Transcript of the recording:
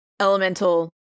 elemental